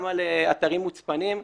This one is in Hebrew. גם על אתרים מוצפנים,